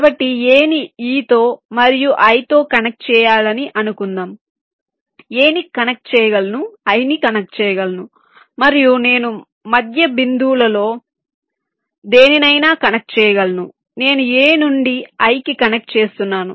కాబట్టి a ని e తో మరియు i తో కనెక్ట్ చేయాలి అని అనుకుందాంa ని కనెక్ట్ చేయగలను i ని కనెక్ట్ చేయగలను మరియు నేను మధ్య బిందువులలో దేనినైనా కనెక్ట్ చేయగలను నేను a నుండి i కి కనెక్ట్ చేస్తున్నాను